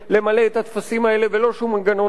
את הטפסים האלה ולא שום מנגנון אחר,